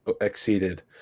exceeded